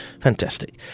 fantastic